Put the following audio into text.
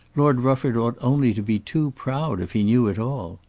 lord rufford ought only to be too proud if he knew it all.